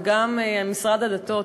וגם משרד הדתות,